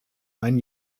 ein